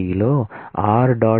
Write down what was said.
D లో r